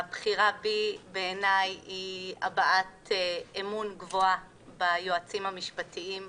הבחירה בי בעיניי היא הבעת אמון גבוהה ביועצים המשפטיים ובצוותיהם,